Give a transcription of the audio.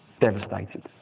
devastated